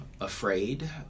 afraid